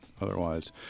Otherwise